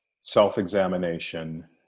self-examination